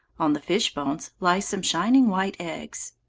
on the fish bones lie some shining white eggs.